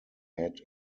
had